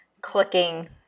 clicking